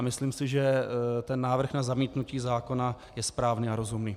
Myslím si, že návrh na zamítnutí zákona je správný a rozumný.